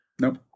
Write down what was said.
Nope